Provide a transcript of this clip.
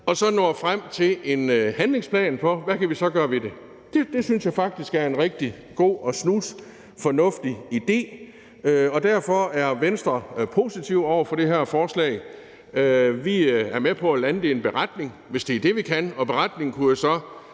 og så når frem til en handlingsplan for, hvad vi så kan gøre ved det. Det synes jeg faktisk er en rigtig god og snusfornuftig idé, og derfor er Venstre positiv over for det her forslag. Vi er med på at lande det i en beretning, hvis det er det, vi kan, og beretningen kunne så